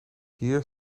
hier